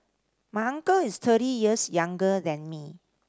my uncle is thirty years younger than me